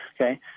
okay